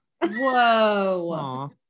Whoa